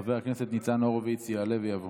חבר הכנסת ניצן הורוביץ יעלה ויבוא.